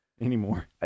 anymore